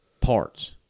parts